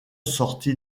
sorti